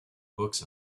books